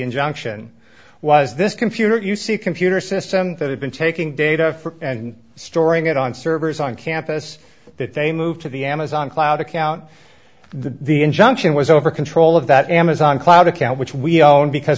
injunction was this computer use a computer system that had been taking data for storing it on servers on campus that they moved to the amazon cloud account the injunction was over control of that amazon cloud account which we owe him because